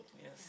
Yes